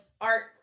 art